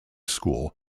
school